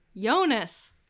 Jonas